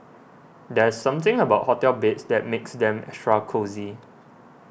there's something about hotel beds that makes them extra cosy